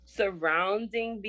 surrounding